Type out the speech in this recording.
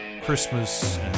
Christmas